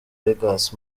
vegas